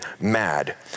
mad